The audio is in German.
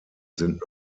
sind